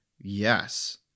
Yes